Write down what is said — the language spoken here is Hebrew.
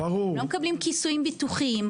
הם לא מקבלים כיסויים ביטוחיים.